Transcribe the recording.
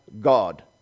God